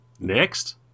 Next